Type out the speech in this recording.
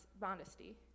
modesty